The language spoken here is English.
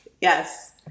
Yes